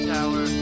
Tower